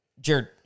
Jared